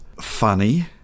funny